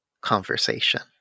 conversation